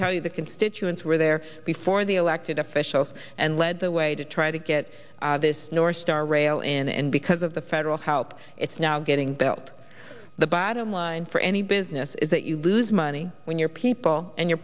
tell you the constituents were there before the elected officials and led the way to try to get this north star rail in and because of the federal help it's now getting built the bottom line for any business is that you lose money when your people and your